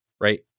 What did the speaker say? right